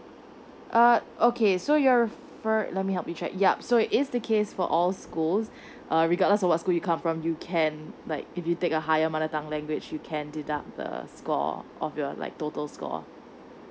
oh okay so you're for let me help you check yup so is the case for all schools uh regardless what school you come from you can like if you take a higher mother tongue language you can deduct the score of your like total score